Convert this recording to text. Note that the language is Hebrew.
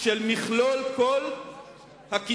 של מכלול הקצבאות,